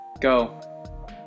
go